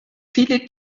viele